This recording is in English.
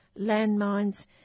landmines